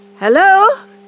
Hello